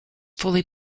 fully